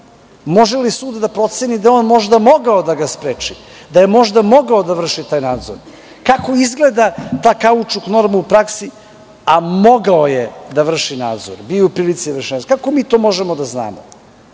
Može li sud da proceni da je on možda mogao da ga spreči, da je možda mogao da vrši taj nadzor? Kako izgleda ta kaučuk norma u praksi – a mogao je da vrši nadzor, bio je u prilici da vrši nadzor? Kako mi to možemo da znamo?